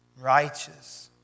righteous